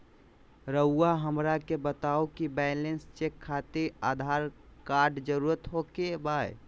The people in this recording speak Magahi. रउआ हमरा के बताए कि बैलेंस चेक खातिर आधार कार्ड जरूर ओके बाय?